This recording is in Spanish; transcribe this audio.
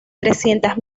trescientas